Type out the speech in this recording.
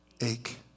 ache